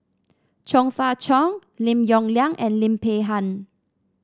Chong Fah Cheong Lim Yong Liang and Lim Peng Han